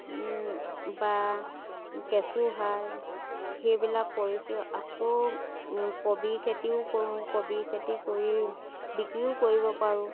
বা কেঁচুসাৰ সেইবিলাক কৰিছোঁ আকৌ কবি খেতিও কৰোঁ কবি খেতি কৰি বিক্ৰীও কৰিব পাৰোঁ